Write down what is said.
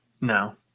No